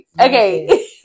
okay